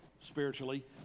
spiritually